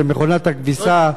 ומכונת הכביסה,